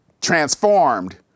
transformed